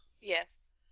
Yes